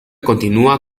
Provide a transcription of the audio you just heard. continua